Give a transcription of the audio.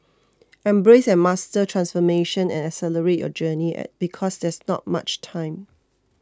embrace and master transformation and accelerate your journey because there's not much time